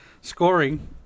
scoring